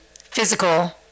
physical